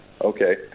okay